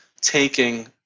taking